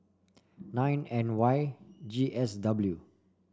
nine N Y G S W